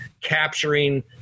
capturing